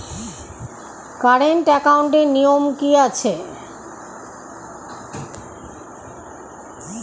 Current একাউন্টের নিয়ম কী আছে?